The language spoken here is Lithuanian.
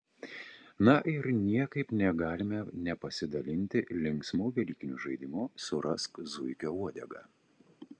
na ir niekaip negalime nepasidalinti linksmu velykiniu žaidimu surask zuikio uodegą